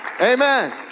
Amen